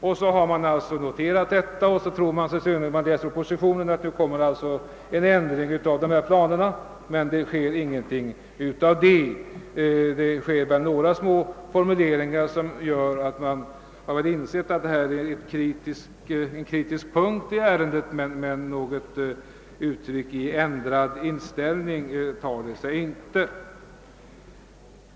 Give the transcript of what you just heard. Den som har noterat detta kan tro att propositionen skall innehålla en ändring av planerna, men där finns ingenting i det avseendet. Några små formuleringar visar väl att vederbörande har insett att detta är en kritisk punkt i ärendet, men något uttryck för en ändrad inställning finner man inte.